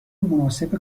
مناسب